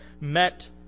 met